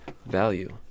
value